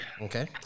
Okay